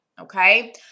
Okay